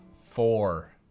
four